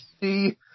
see